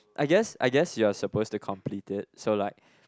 I guess I guess you are supposed to complete it so like